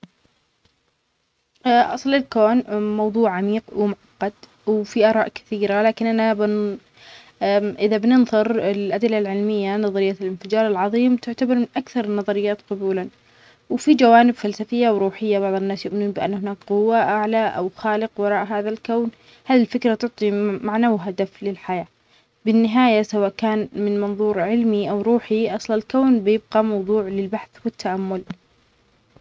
اصل الكون موضوع عميق ومعقد وفي اراء كثيرة لكن انا اظن اذا بننظر الادلة العلمية نظرية الانفجار العظيم تعتبر من اكثر النظريات قبولًا وفي جوانب فلسفية وروحية بان هناك قوة اعلى او خالق وراء هذا الكون هالفكرة تعطي معنى وهدف للحياة بالنهاية سواء كان من منظور علمي او روحي اصل الكون بيبقى موضوع للبحث والتأمل.